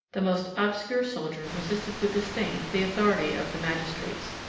the most obscure soldier resisted with disdain the authority of the magistrates.